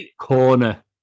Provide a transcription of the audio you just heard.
corner